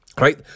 right